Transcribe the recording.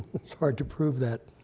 it's hard to prove that.